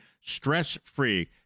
stress-free